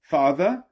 father